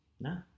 No